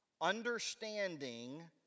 understanding